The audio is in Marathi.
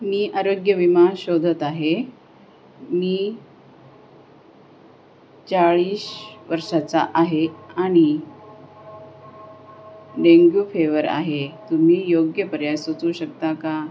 मी आरोग्यविमा शोधत आहे मी चाळीस वर्षांचा आहे आणि डेंग्यू फेवर आहे तुम्ही योग्य पर्याय सुचवू शकता का